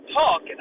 talk